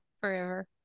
forever